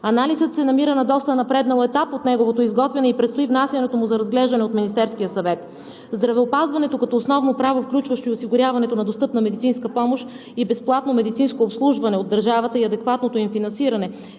Анализът се намира на доста напреднал етап от неговото изготвяне и предстои внасянето му за разглеждане от Министерския съвет. Здравеопазването като основно право, включващо осигуряването на достъпна медицинска помощ и безплатно медицинско обслужване от държавата, а и адекватното им финансиране,